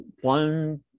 one